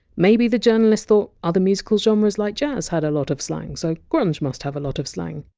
maybe the journalist thought other music ah genres like jazz had a lot of slang so grunge must have a lot of slang.